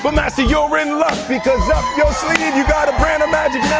but master, you're in luck because up your sleeve you got a brand of magic